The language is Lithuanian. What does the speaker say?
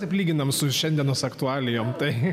taip lyginame su šiandienos aktualijom tai